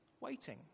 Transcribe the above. waiting